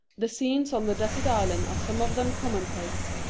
the scenes on the desert island are some of them commonplace.